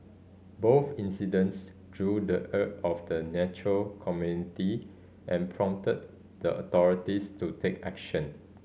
both incidents drew the of the nature community and prompted the authorities to take action